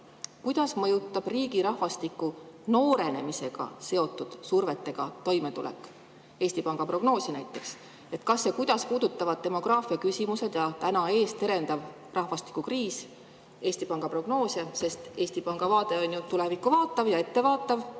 kuidas mõjutab riigi rahvastiku noorenemisega seotud survega toimetulek Eesti Panga prognoosi näiteks. Kas ja kuidas puudutavad demograafiaküsimused ja täna ees terendav rahvastikukriis Eesti Panga prognoose, sest Eesti Panga vaade on ju tulevikku vaatav ja ette vaatav?